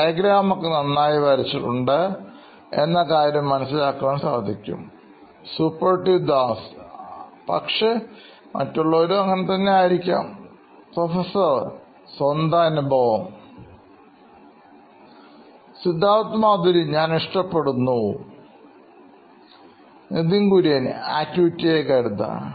diagram ഒക്കെ നന്നായി വരച്ചിട്ടുണ്ട് എന്ന കാര്യം മനസ്സിലാക്കാൻ സാധിക്കും Suprativ Das CTO Knoin Electronics പക്ഷേ മറ്റുള്ളവരും ആയിരിക്കാം Professor സ്വന്തം അനുഭവം Siddharth Maturi CEO Knoin Electronics ഞാൻ ഇഷ്ടപ്പെടുന്നു Nithin Kurian COO Knoin Electronics activity ആയി കരുതാം